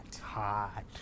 Hot